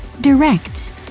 direct